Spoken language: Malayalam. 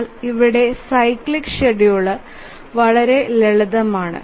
എന്നാൽ ഇവിടെ സൈക്ലിക് ഷെഡ്യൂളർ വളരെ ലളിതമാണ്